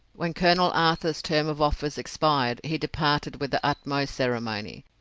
when colonel arthur's term of office expired he departed with the utmost ceremony.